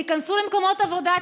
תיכנסו למקומות עבודה,